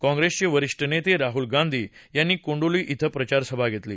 काँप्रेसचे वरिष्ठ नेते राहुल गांधी यांनी कोंडोली इथं प्रचारसभा घेतली